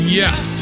yes